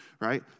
right